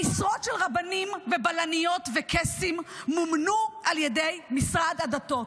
המשרות של רבנים ובלניות וקייסים מומנו על ידי משרד הדתות.